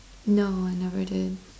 no I never did